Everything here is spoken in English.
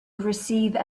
receive